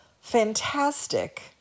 fantastic